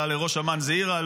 עלה לראש אמ"ן זעירא,